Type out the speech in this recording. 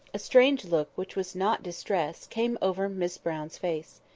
a strange look, which was not distress, came over miss brown's face.